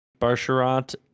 Barsharat